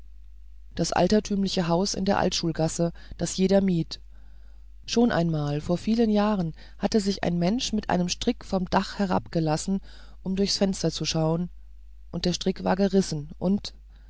das altertümliche haus in der altschulgasse das jeder mied schon einmal vor vielen jahren hatte sich ein mensch an einem strick vom dach herabgelassen um durchs fenster zu schauen und der strick war gerissen und